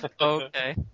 Okay